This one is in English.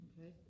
Okay